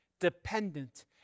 dependent